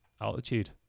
altitude